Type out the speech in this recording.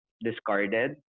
discarded